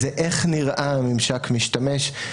זה איך נראה ממשק המשתמש.